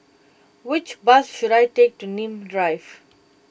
which bus should I take to Nim Drive